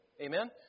Amen